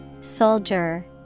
Soldier